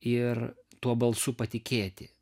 ir tuo balsu patikėti